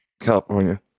California